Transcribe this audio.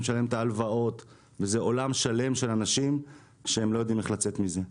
לשלם את ההלוואות זה עולם שלם של אנשים שלא יודעים איך לצאת מזה.